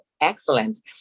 excellence